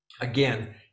Again